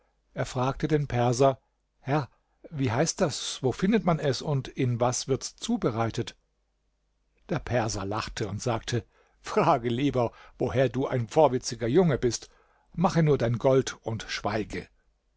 er fragte den perser herr wie heißt das wo findet man es und in was wird's zubereitet der perser lachte und sagte frage lieber woher du ein vorwitziger junge bist mache nur dein gold und schweige